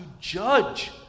judge